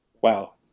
wow